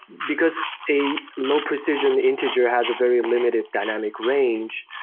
because a low precision integer has a very limited dynamic range.